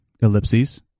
ellipses